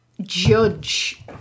judge